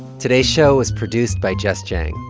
today's show was produced by jess jiang.